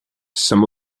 some